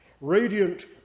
Radiant